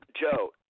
Joe